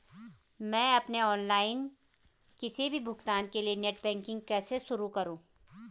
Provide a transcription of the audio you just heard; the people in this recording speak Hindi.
मैं अपने ऑनलाइन किसी भी भुगतान के लिए नेट बैंकिंग कैसे शुरु करूँ?